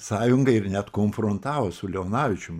sąjungą ir net konfrontavo su leonavičium